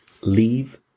Leave